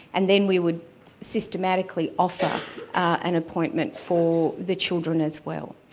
and then we would systematically offer an appointment for the children as well.